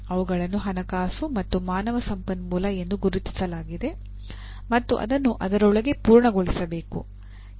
ಅವುಗಳನ್ನು ಹಣಕಾಸು ಮತ್ತು ಮಾನವ ಸಂಪನ್ಮೂಲ ಎಂದು ಗುರುತಿಸಲಾಗಿದೆ ಮತ್ತು ಅದನ್ನು ಅದರೊಳಗೆ ಪೂರ್ಣಗೊಳಿಸಬೇಕು